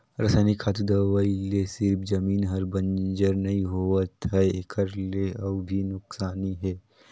रसइनिक खातू, दवई ले सिरिफ जमीन हर बंजर नइ होवत है एखर ले अउ भी नुकसानी हे